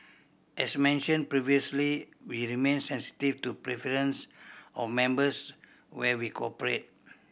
as mentioned previously we remain sensitive to preference of members where we operate